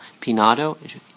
Pinado